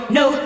no